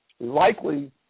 likely